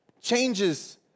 changes